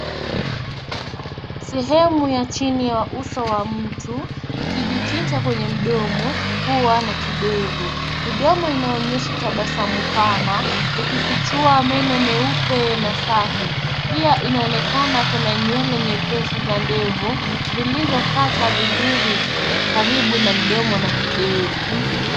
Sehemu ya chini ya uso wa mtu, ikijikita kwenye mdomo, pua na kidevu. Midomo inaonyesha tabasamu pana, ikifichua meno meupe na safi. Pia inaonekana kuna nywele nyepesi za ndevu zilizokata vizuri karibu ya mdomo na kidevu.